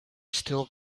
still